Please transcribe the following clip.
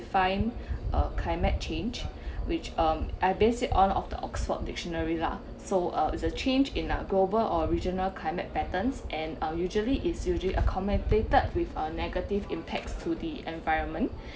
find a climate change which um I based it on of the oxford dictionary lah so uh it's a change in our global or regional climate patterns and usually it's usually a commatated with a negative impacts to the environment